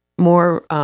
more